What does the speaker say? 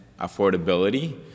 affordability